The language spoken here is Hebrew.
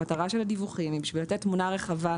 המטרה של הדיווחים היא בשביל לתת תמונה רחבה,